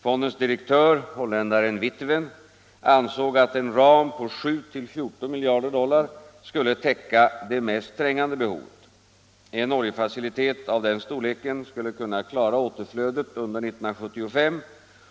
Fondens direktör, holländaren Witteveen, ansåg att en ram på 7-14 miljarder dollar skulle täcka det mest trängande behovet. En oljefacilitet av denna storlek skulle kunna klara återflödet under 1975